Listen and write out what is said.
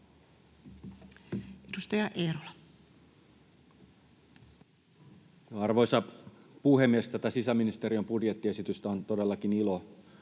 Arvoisa puhemies! Tätä sisäministeriön budjettiesitystä on todellakin ilo